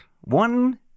one